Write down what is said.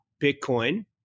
Bitcoin